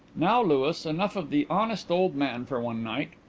now, louis, enough of the honest old man for one night.